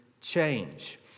change